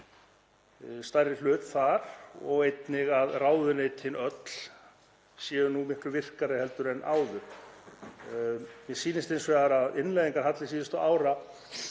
stærri hlut þar og einnig að ráðuneytin öll séu nú miklu virkari en áður. Mér sýnist hins vegar að innleiðingarhalli síðustu ára